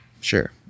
sure